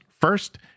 first